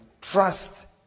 Trust